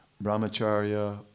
brahmacharya